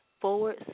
forward